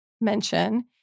mention